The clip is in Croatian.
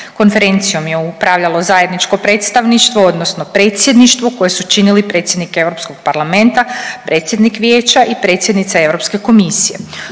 Konferencijom je upravljalo zajedničko predstavništvo, odnosno predsjedništvo koje su činili predsjednik EP-a, predsjednik Vijeća i predsjednica EK-a. Potporu